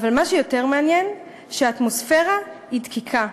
אבל מה שיותר מעניין, שהאטמוספירה היא דקיקה.